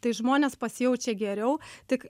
tai žmonės pasijaučia geriau tik